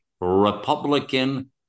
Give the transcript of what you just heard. republican